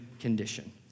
condition